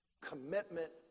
commitment